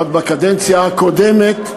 עוד בקדנציה הקודמת,